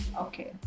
okay